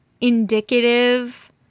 indicative